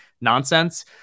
nonsense